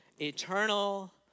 Eternal